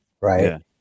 right